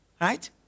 right